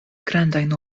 grandajn